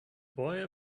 boy